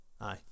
Aye